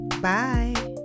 Bye